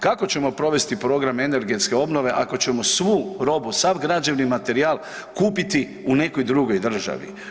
Kako ćemo provesti program energetske obnove ako ćemo svu robu, sav građevni materijal kupiti u nekoj drugoj državi?